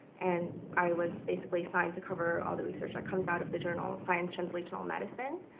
and i was basically assigned to cover all the research that comes out of the journal, science translational medicine.